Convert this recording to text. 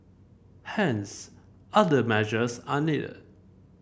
hence other measures are needed